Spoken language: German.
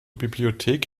bibliothek